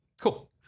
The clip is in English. cool